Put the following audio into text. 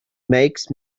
makes